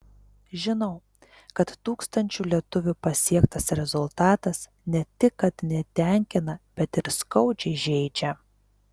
žinau kad tūkstančių lietuvių pasiektas rezultatas ne tik kad netenkina bet ir skaudžiai žeidžia